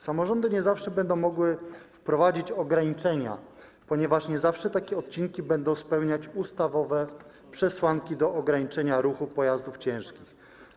Samorządy nie zawsze będą mogły wprowadzić ograniczenia, ponieważ nie zawsze takie odcinki będą spełniać ustawowe przesłanki do ograniczenia ruchu pojazdów ciężkich.